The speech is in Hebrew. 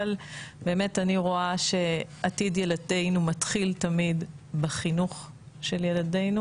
באמת אני רואה שעתיד ילדינו מתחיל תמיד בחינוך של ילדינו